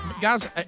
guys